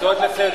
זה הצעות לסדר.